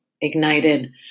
ignited